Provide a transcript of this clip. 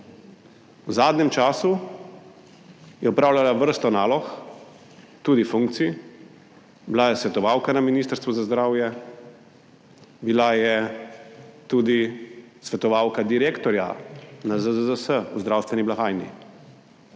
V zadnjem času je opravljala vrsto nalog, tudi funkcij. Bila je svetovalka na ministrstvu za zdravje, bila je tudi svetovalka direktorja na ZZZS v zdravstveni blagajni.